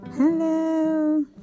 Hello